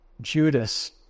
Judas